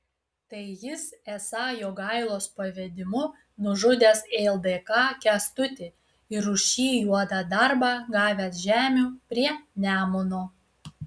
tai jis esą jogailos pavedimu nužudęs ldk kęstutį ir už šį juodą darbą gavęs žemių prie nemuno